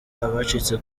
abacitse